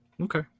Okay